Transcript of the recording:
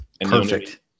Perfect